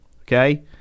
okay